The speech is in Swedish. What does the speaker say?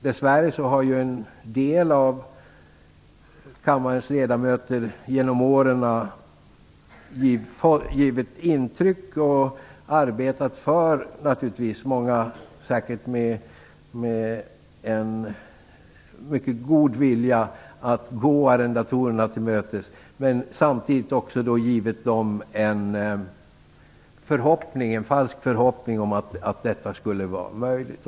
Dess värre har en del av kammarens ledamöter genom åren givit intryck av och arbetat för - säkert med en mycket god vilja - att man skulle gå arrendatorerna till mötes. Samtidigt har man givit dem en falsk förhoppning om att detta skulle vara möjligt.